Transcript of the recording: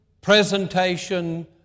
presentation